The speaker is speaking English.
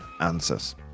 answers